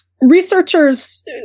researchers